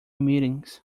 meetings